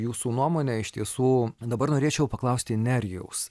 jūsų nuomonę iš tiesų dabar norėčiau paklausti nerijaus